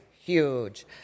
huge